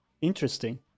interesting